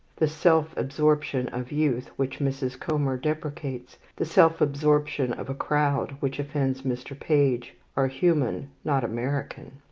the self-absorption of youth which mrs. comer deprecates, the self-absorption of a crowd which offends mr. page, are human, not american.